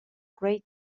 great